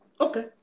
Okay